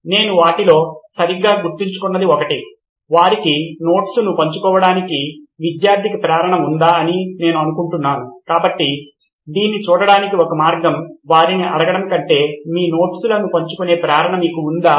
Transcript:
నేను వాటిలో సరిగ్గా గుర్తుంచున్నది ఒకటి వారి నోట్స్ను పంచుకోవటానికి విద్యార్థికి ప్రేరణ ఉందా అని నేను అనుకుంటున్నాను కాబట్టి దీన్ని చూడటానికి ఒక మార్గం వారిని అడగడం కంటే మీ నోట్స్లను పంచుకునే ప్రేరణ మీకు ఉందా